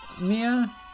Mia